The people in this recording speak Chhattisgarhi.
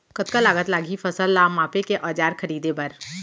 कतका लागत लागही फसल ला मापे के औज़ार खरीदे बर?